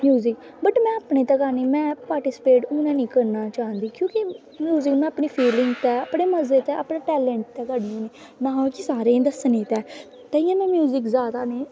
music but में अपनैं तै गानी में पाटिस्पेट हून ऐनी करना चाह्नी क्योंकि म्यूजिक में अपनी फीलिंग तै अपने मड़ै तै अपनै टैलेंट तै करनी ना कि सारें गी दस्सनै तै ते इयां में म्यूजिक जादा नी